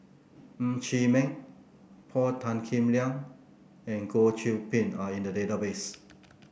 Ng Chee Meng Paul Tan Kim Liang and Goh Qiu Bin are in the database